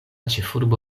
ĉefurbo